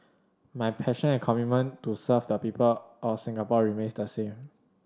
my passion and commitment to serve the people of Singapore remains the same